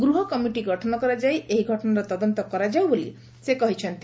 ଗୃହ କମିଟି ଗଠନ କରାଯାଇ ଏହି ଘଟଶାର ତଦନ୍ତ କରାଯିବ ବୋଲି ସେ କହିଛନ୍ତି